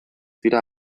dira